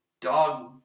dog